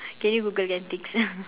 can you google antics